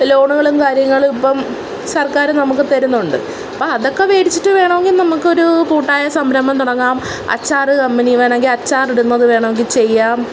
ലോണുകളും കാര്യങ്ങളും ഇപ്പോള് സർക്കാര് നമുക്കു തരുന്നുണ്ട് അപ്പോള് അതൊക്കെ വേടിച്ചിട്ട് വേണമെങ്കില് നമുക്കൊരു കൂട്ടായ സംരംഭം തുടങ്ങാം അച്ചാറ് കമ്പനി വേണമെങ്കില് അച്ചാറ് ഇടുന്നത് വേണമെങ്കില് ചെയ്യാം